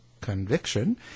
Conviction